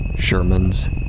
Sherman's